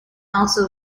also